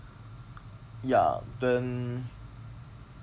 ya then